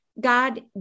God